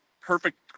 perfect